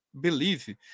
believe